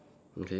okay